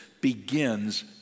begins